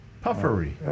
Puffery